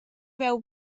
beu